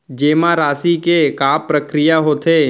जेमा राशि के का प्रक्रिया होथे?